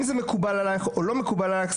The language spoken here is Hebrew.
אם זה מקובל עלייך או לא מקובל עלייך,